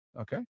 Okay